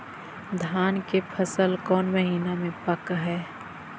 धान के फसल कौन महिना मे पक हैं?